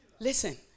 Listen